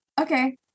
Okay